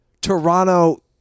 Toronto